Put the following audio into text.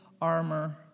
armor